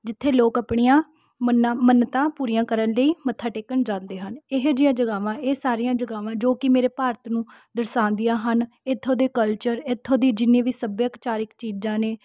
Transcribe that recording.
ਜਿੱਥੇ ਲੋਕ ਆਪਣੀਆਂ ਮੰਨਾਂ ਮੰਨਤਾਂ ਪੂਰੀਆਂ ਕਰਨ ਲਈ ਮੱਥਾ ਟੇਕਣ ਜਾਂਦੇ ਹਨ ਇਹ ਜਿਹੀਆਂ ਜਗ੍ਹਾਵਾਂ ਇਹ ਸਾਰੀਆਂ ਜਗ੍ਹਾਵਾਂ ਜੋ ਕਿ ਮੇਰੇ ਭਾਰਤ ਨੂੰ ਦਰਸਾਉਂਦੀਆਂ ਹਨ ਇੱਥੋਂ ਦੇ ਕਲਚਰ ਇੱਥੋਂ ਦੀ ਜਿੰਨੀਆਂ ਵੀ ਸੱਭਿਆਚਾਰਕ ਚੀਜ਼ਾਂ ਨੇ